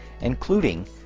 including